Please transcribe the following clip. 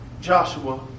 Joshua